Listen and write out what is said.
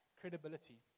credibility